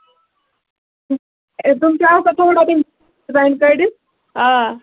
ہے تِم چھِ آسان تھوڑا تِم رَنٛگ کٔرِتھ آ